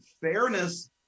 fairness